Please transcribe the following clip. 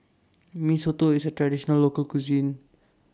Mee Soto IS A Traditional Local Cuisine